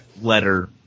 letter